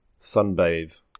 sunbathe